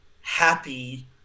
happy